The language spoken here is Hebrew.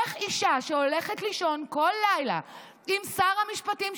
איך אישה שהולכת לישון כל לילה עם שר המשפטים,